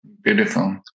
Beautiful